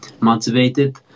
motivated